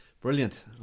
Brilliant